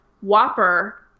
Whopper